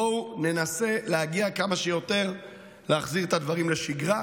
בואו ננסה להגיע כמה שיותר להחזרת הדברים לשגרה.